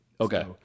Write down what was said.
Okay